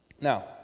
Now